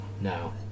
no